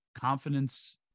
confidence